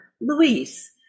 Luis